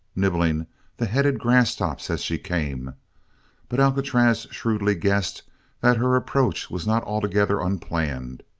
nibbling the headed grasstops as she came but alcatraz shrewdly guessed that her approach was not altogether unplanned.